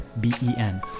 B-E-N